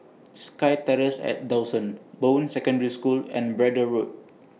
Sky Terrace At Dawson Bowen Secondary School and Braddell Road